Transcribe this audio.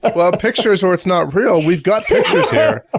like well pictures for what's not real. we've got pictures here. ah